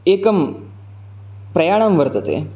एकं प्रयाणं वर्तते